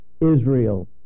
Israel